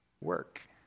work